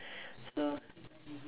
so